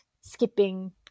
skipping